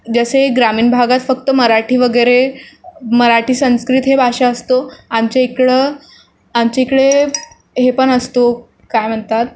जसे ग्रामीण भागात फक्त मराठी वगैरे मराठी संस्कृत हे भाषा असतो आमच्या इकडं आमच्या इकडे हे पण असतो काय म्हणतात